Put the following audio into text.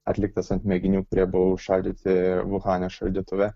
atliktas ant mėginių kurie buvo užšaldyti uhane šaldytuve